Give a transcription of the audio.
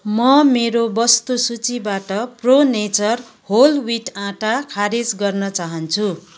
म मेरो वस्तु सूचीबाट प्रो नेचर होल ह्विट आँटा खारेज गर्न चाहन्छु